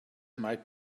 might